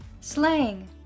Slang